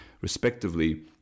respectively